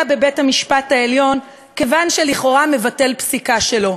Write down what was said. בבית-המשפט העליון כיוון שלכאורה הוא מבטל פסיקה שלו.